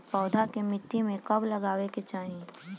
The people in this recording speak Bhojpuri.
पौधा के मिट्टी में कब लगावे के चाहि?